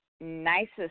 nicest